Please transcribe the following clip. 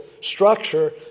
structure